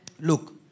Look